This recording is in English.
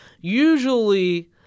Usually